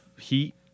heat